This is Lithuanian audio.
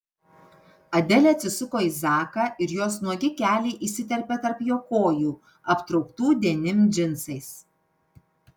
adelė atsisuko į zaką ir jos nuogi keliai įsiterpė tarp jo kojų aptrauktų denim džinsais